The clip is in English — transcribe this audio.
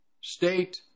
state